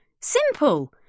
Simple